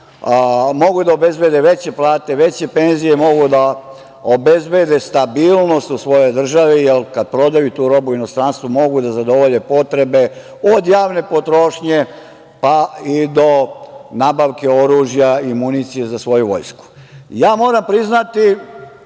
mogu da obezbede veće plate, veće penzije, mogu da obezbede stabilnost u svojoj državi, jer kada prodaju tu robu u inostranstvu mogu da zadovolje potrebe od javne potrošnje, pa i do nabavke oružja i municije za svoju vojsku. Moram priznati